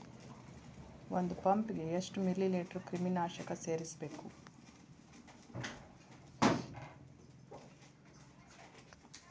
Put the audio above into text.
ಒಂದ್ ಪಂಪ್ ಗೆ ಎಷ್ಟ್ ಮಿಲಿ ಲೇಟರ್ ಕ್ರಿಮಿ ನಾಶಕ ಸೇರಸ್ಬೇಕ್?